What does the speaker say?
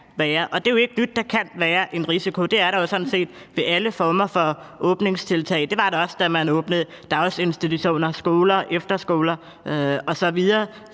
det er jo ikke nyt, at der kan være en risiko. Det er der jo sådan set ved alle former for åbningstiltag. Det var der også, da man åbnede dagsinstitutioner, skoler, efterskoler osv.